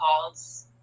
calls